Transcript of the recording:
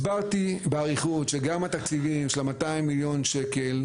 אז אני הסברתי באריכות שגם התקציבים של ה- 200 מיליון ש"ח,